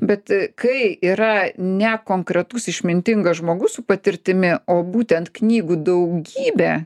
bet kai yra ne konkretus išmintingas žmogus su patirtimi o būtent knygų daugybė